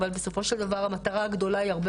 אבל בסופו של דבר המטרה הגדולה היא הרבה